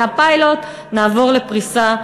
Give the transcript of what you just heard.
מהפיילוט נעבור לפריסה ארצית.